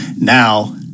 now